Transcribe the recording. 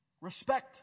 Respect